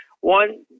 one